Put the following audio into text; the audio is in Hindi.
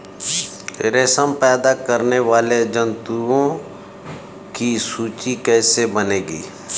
रेशम पैदा करने वाले जंतुओं की सूची कैसे बनेगी?